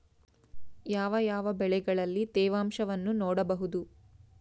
ಯಾವ ಯಾವ ಬೆಳೆಗಳಲ್ಲಿ ತೇವಾಂಶವನ್ನು ನೋಡಬಹುದು?